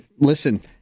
listen